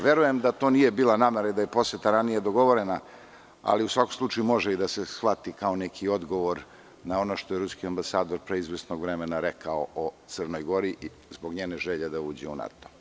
Verujem da to nije bila namera i da je poseta ranije dogovorena, ali u svakom slučaju može da se shvati i kao neki odgovor na ono što je Ruski ambasador pre izvesnog vremena rekao o Crnoj Gori i njene želje da uđe u NATO.